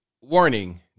warning